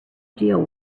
deal